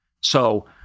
So-